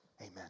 Amen